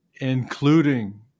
including